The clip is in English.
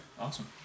awesome